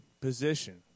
position